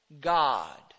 God